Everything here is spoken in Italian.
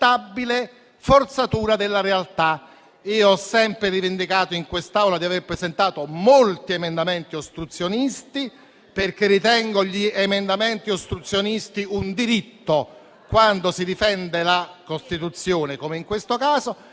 forzatura della realtà. Ho sempre rivendicato in quest'Aula di aver presentato molti emendamenti ostruzionistici, perché li ritengo un diritto, quando si difende la Costituzione, come in questo caso.